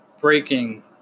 Breaking